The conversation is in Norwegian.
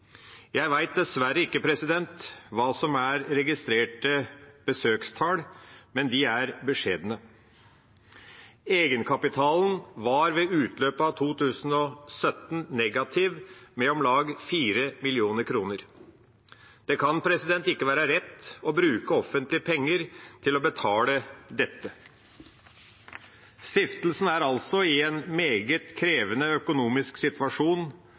Jeg vet dessverre ikke hva som er registrerte besøkstall, men de er beskjedne. Egenkapitalen var ved utløpet av 2017 negativ med om lag 4 mill. kr. Det kan ikke være rett å bruke offentlige penger til å betale dette. Stiftelsen er altså i en meget krevende økonomisk situasjon,